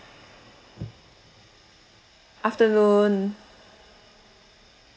afternoon